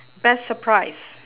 best surprise